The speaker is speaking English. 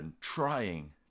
trying